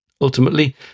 ultimately